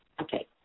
Okay